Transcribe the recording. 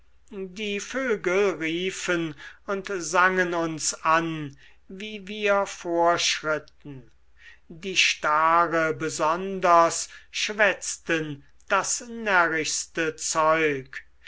die vögel riefen und sangen uns an wie wir vorschritten die stare besonders schwätzten das närrischste zeug